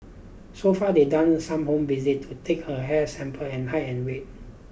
so far they've done some home visits to take her hair sample and height and weight